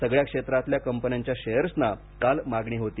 सगळ्या क्षेत्रातल्या कंपन्यांच्या शेअरना काल मागणी होती